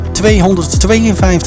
252